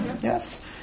Yes